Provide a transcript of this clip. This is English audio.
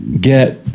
get